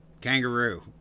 kangaroo